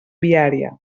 viària